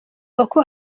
boko